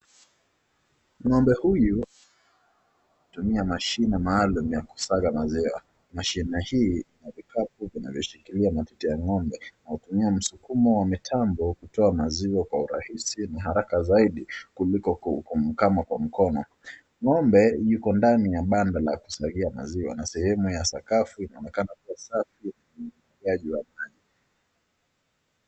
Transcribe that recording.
Ng'ombe huyu hutumia mashini maalum ya kusanya maziwa, mashine hii ina vikapu inayoshikilia matiti ya ng'ombe na hutumia msukumo wa mitambo kutoa maziwa kwa urahisi na haraka zaidi kuliko kumkama kwa mkono. Ng'ombe yuko ndani ya banda ya kusanyia maziwa na sehemu ya sakafu inaonekana kuwa safi.